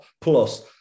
plus